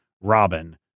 Robin